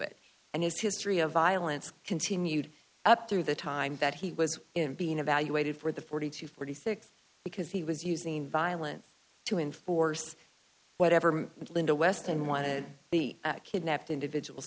it and his history of violence continued up through the time that he was in being evaluated for the forty to forty six because he was using violence to enforce whatever linda weston wanted the kidnapped individuals